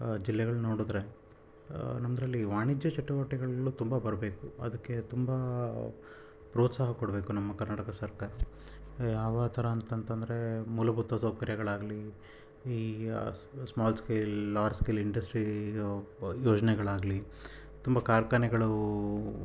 ಜಿಲ್ಲೆಗಳನ್ನ ನೋಡಿದರೆ ನಮ್ಮದ್ರಲ್ಲಿ ವಾಣಿಜ್ಯ ಚಟುವಟಿಕೆಗಳು ತುಂಬ ಬರಬೇಕು ಅದಕ್ಕೆ ತುಂಬ ಪ್ರೋತ್ಸಾಹ ಕೊಡಬೇಕು ನಮ್ಮ ಕರ್ನಾಟಕ ಸರ್ಕಾರ ಯಾವ ಥರ ಅಂತಂದ್ರೆ ಮೂಲಭೂತ ಸೌಕರ್ಯಗಳಾಗಲಿ ಈ small scale large scale industry ಯೋಜನೆಗಳಾಗ್ಲಿ ತುಂಬ ಕಾರ್ಖಾನೆಗಳು